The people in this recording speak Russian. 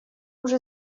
уже